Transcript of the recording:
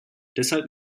deshalb